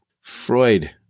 Freud